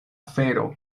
fero